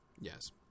Yes